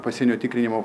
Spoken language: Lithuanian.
pasienio tikrinimo